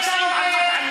מתנשאים על מדענים,